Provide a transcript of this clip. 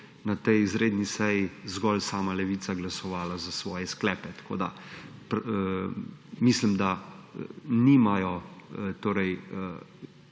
na tej izredni seji zgolj sama Levica glasovala za svoje sklepe. Tako mislim, da nimajo